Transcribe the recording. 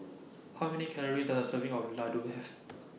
How Many Calories Does A Serving of Ladoo Have